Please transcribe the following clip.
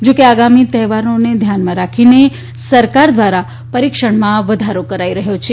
જો કે આગામી તહેવારોને ધ્યાનમાં રાખીને સરકાર દ્વારા પરીક્ષણમાં વધારો કરાઇ રહ્યો છે